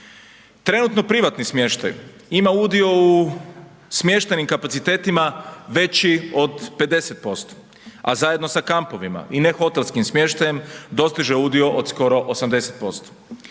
Trenutno privatni smještaj ima udio u smještajnim kapacitetima veći od 50%, a zajedno sa kampovima i ne hotelskim smještajem dostiže udio od skoro 80%.